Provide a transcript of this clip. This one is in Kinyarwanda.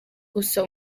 gusa